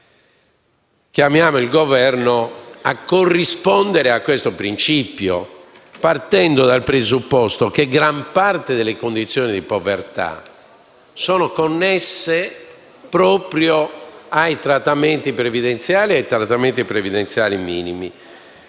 richiamarlo a corrispondere a questo principio, partendo dal presupposto che gran parte delle condizioni di povertà sono connesse proprio ai trattamenti previdenziali e ai trattamenti previdenziali minimi.